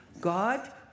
God